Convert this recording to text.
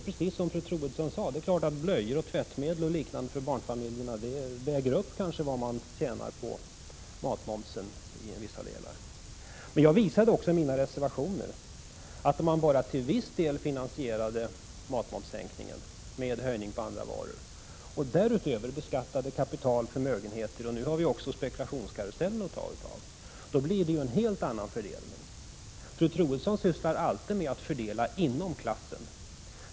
Precis som fru Troedsson sade, skulle blöjor, tvättmedel m.m. väga upp vad barnfamiljerna tjänar på sänkt matmoms. Men jag visade i mina reservationer att om man bara till viss del finansierade matmomssänkningen med höjning av momsen på andra varor och därutöver beskattade kapital och förmögenheter — och nu har vi också spekulationskarusellen att ta av — skulle det bli en helt annan fördelning. Fru Troedsson sysslar alltid med att fördela inom klassen.